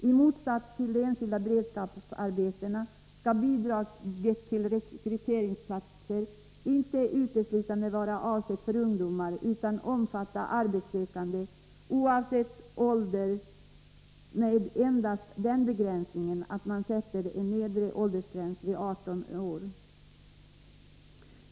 I motsats till de enskilda beredskapsarbetena skall bidraget till rekryteringsplatser inte uteslutande vara avsett för ungdomar utan omfatta arbetssökande oavsett ålder med endast den begränsningen att man sätter en nedre åldersgräns vid 18 år.